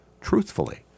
truthfully